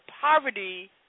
poverty